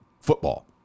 football